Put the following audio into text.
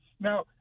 Now